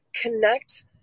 connect